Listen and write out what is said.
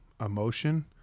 emotion